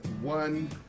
one